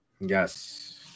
Yes